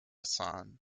san